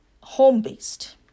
home-based